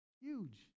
Huge